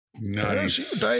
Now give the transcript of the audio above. Nice